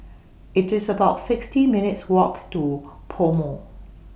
IT IS about sixty minutes' Walk to Pomo